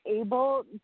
able